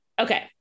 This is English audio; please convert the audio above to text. okay